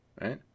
right